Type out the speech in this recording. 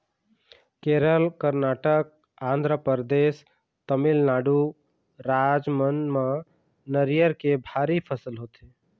केरल, करनाटक, आंध्रपरदेस, तमिलनाडु राज मन म नरियर के भारी फसल होथे